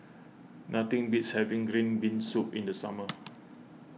nothing beats having Green Bean Soup in the summer